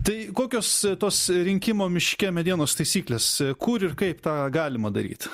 tai kokios tos rinkimo miške medienos taisyklės kur ir kaip tą galima daryt